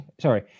Sorry